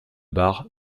bar